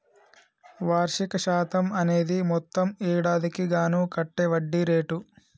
వార్షిక శాతం అనేది మొత్తం ఏడాదికి గాను కట్టే వడ్డీ రేటు